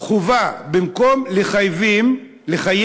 חובה, במקום לחייב,